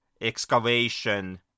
excavation